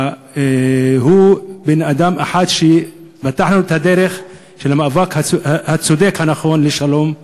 הוא אדם שפתח לנו את הדרך של המאבק הצודק והנכון לשלום.